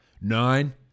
Nine